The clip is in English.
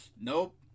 Nope